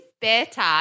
Better